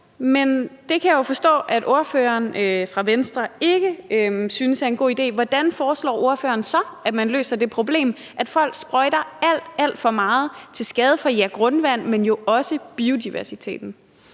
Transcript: men det kan jeg jo forstå at ordføreren fra Venstre ikke synes er en god idé. Hvordan foreslår ordføreren så at man løser det problem, at folk sprøjter alt, alt for meget til skade for grundvandet, men jo også til skade